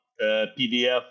PDF